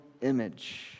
image